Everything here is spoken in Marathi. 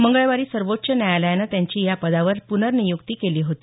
मंगळवारी सर्वोच्च न्यायालयानं त्यांची या पदावर पुनर्नियुक्ती केली होती